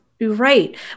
Right